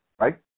right